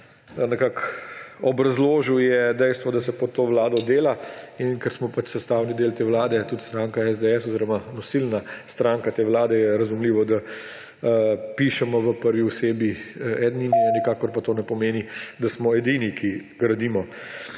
obrazložil, je dejstvo, da se pod to vlado dela. In ker smo pač sestavni del te vlade, stranka SDS je nosilna stranka te vlade, je razumljivo, da pišemo v prvi osebi, ednini, nikakor pa to ne pomeni, da smo edini, ki gradimo.